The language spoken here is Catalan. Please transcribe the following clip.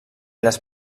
les